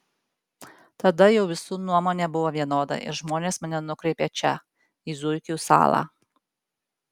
tada jau visų nuomonė buvo vienoda ir žmonės mane nukreipė čia į zuikių salą